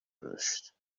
گذشت